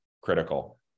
critical